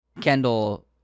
Kendall